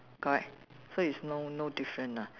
correct so it's no no different ah